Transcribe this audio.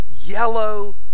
yellow